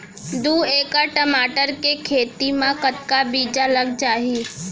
दू एकड़ टमाटर के खेती मा कतका बीजा लग जाही?